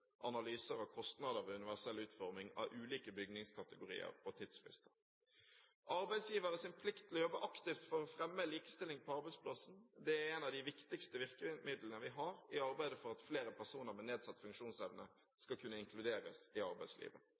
analyser av kostnader ved universell utforming av ulike bygningskategorier og tidsfrister. Arbeidsgiveres plikt til å jobbe aktivt for å fremme likestilling på arbeidsplassen er et av de viktigste virkemidlene vi har i arbeidet for at flere personer med nedsatt funksjonsevne skal kunne inkluderes i arbeidslivet.